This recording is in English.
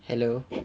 hello